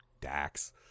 Dax